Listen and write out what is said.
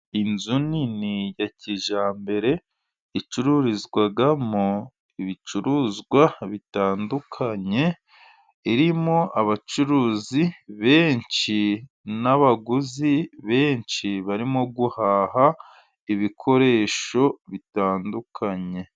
Inzu nini ya kijyambere, icururizwamo ibicuruzwa bitandukanye, irimo abacuruzi benshi n'abaguzi benshi, barimo guhaha ibikoresho bitandukanye.